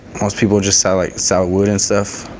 most people just sell like softwood and stuff.